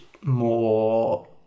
more